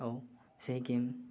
ଆଉ ସେ ଗେମ୍